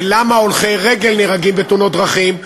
ולמה הולכי רגל נהרגים בתאונות דרכים,